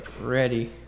ready